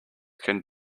can